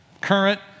current